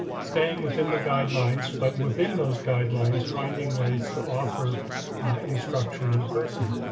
staying within the guidelines, but within those guidelines finding ways to offer instruction in person.